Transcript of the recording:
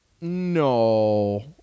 No